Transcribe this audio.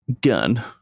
gun